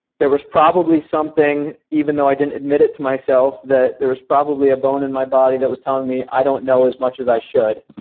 there was probably something, even though i didn't admit it to myself, that there was probably a bone in my body that was telling me i don't know as much as i should,